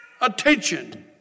attention